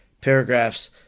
paragraphs